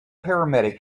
paramedic